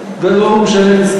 ולא משלמים,